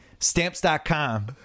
Stamps.com